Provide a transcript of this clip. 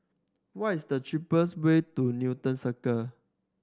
what is the cheapest way to Newton Circu